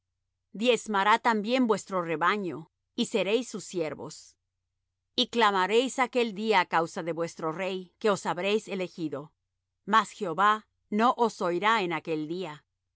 diezmará también vuestro rebaño y seréis sus siervos y clamaréis aquel día á causa de vuestro rey que os habréis elegido mas jehová no os oirá en aquel día